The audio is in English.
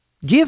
Give